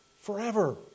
forever